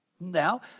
Now